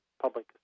public